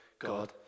God